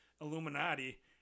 Illuminati